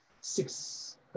six